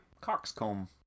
Coxcomb